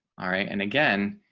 all right. and again,